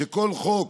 שכל חוק